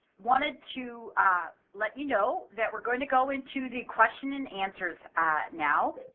wanted to let you know that weire going to go into the question and answers now.